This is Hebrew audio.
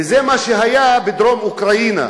וזה מה שהיה בדרום אוקראינה.